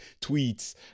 tweets